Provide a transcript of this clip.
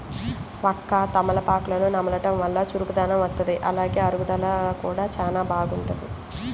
వక్క, తమలపాకులను నమలడం వల్ల చురుకుదనం వత్తది, అలానే అరుగుదల కూడా చానా బాగుంటది